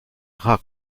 rares